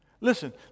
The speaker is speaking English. Listen